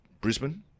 Brisbane